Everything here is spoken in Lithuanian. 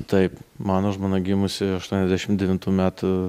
taip mano žmona gimusi aštuoniasdešimt devintų metų